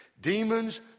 Demons